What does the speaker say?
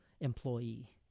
employee